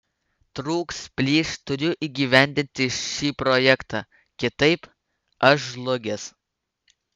trūks plyš turiu įgyvendinti šį projektą kitaip aš žlugęs